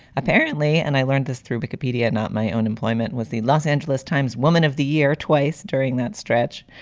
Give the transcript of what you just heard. apparently. and i learned this through wikipedia, not my own employment was the los angeles times woman of the year twice during that stretch.